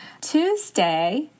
Tuesday